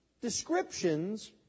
descriptions